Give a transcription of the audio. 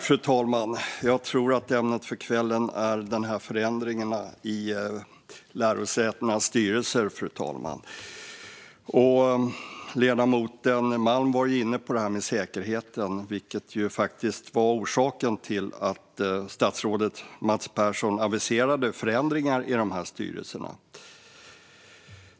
Fru talman! Jag tror att ämnet för kvällen är förändringarna i lärosätenas styrelser. Ledamoten Malm var inne på det här med säkerheten, som var skälet till att statsrådet Mats Persson aviserade förändringar i styrelserna.